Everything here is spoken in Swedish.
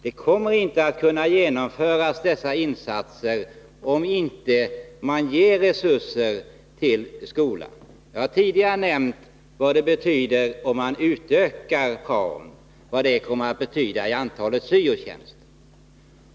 Dessa insatser kommer inte att kunna genomföras, om man inte ger resurser till skolan. Jag har tidigare nämnt vad ökade krav betyder i antal syo-tjänster.